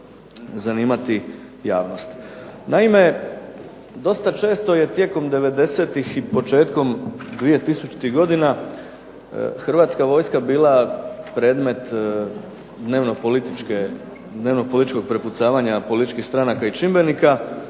zanimati javnost. Naime, dosta često je tijekom 90-tih i početkom 2000. godina, Hrvatska vojska bila predmet dnevno političkog prepucavanja političkih stranaka i čimbenika,